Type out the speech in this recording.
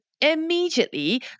immediately